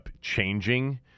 changing